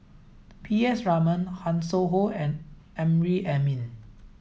P S Raman Hanson Ho and Amrin Amin